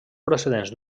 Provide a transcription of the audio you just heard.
procedents